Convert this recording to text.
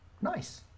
nice